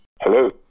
Hello